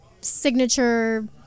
signature